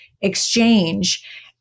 exchange